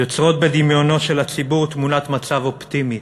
יוצרות בדמיונו של הציבור תמונת מצב אופטימית,